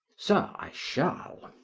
sir, i shall.